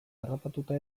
harrapatuta